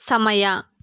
ಸಮಯ